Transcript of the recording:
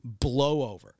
blowover